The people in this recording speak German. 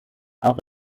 auch